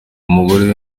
umugore